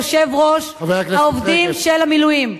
יושב-ראש העובדים של המילואים.